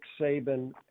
Saban